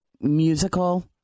musical